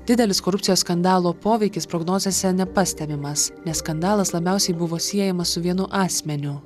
didelis korupcijos skandalo poveikis prognozėse nepastebimas nes skandalas labiausiai buvo siejamas su vienu asmeniu